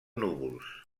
núvols